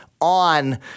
on